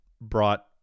brought